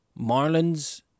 Marlins